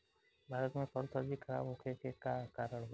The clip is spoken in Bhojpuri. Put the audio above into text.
भारत में फल सब्जी खराब होखे के का कारण बा?